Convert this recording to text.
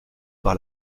par